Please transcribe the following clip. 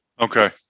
Okay